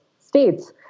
states